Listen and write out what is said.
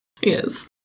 Yes